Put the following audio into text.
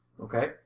Okay